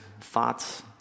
thoughts